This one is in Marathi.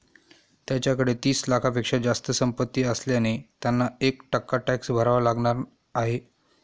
त्यांच्याकडे तीस लाखांपेक्षा जास्त संपत्ती असल्याने त्यांना एक टक्का टॅक्स भरावा लागणार आहे